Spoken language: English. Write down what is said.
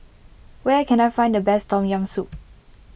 where can I find the best Tom Yam Soup